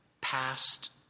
past